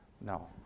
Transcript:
No